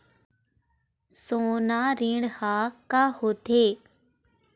सोना ऋण हा का होते?